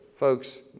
Folks